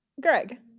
greg